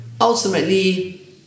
Ultimately